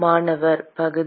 மாணவர் பகுதி